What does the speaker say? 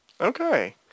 okay